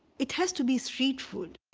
it has to be street food.